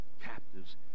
captives